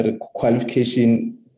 qualification